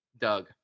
Doug